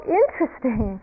interesting